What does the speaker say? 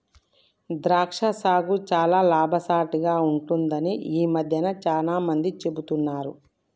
ద్రాక్ష సాగు చాల లాభసాటిగ ఉంటుందని ఈ మధ్యన చాల మంది చెపుతున్నారు